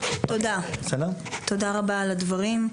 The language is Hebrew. תודה רבה על הדברים.